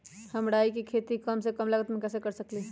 हम राई के खेती कम से कम लागत में कैसे कर सकली ह?